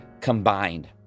combined